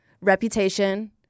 Reputation